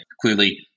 clearly